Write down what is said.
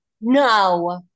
No